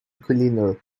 cleaner